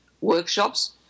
workshops